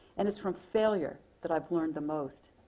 and it's from failure that i've learned the most.